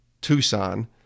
Tucson